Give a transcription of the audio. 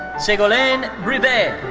segolene brivet.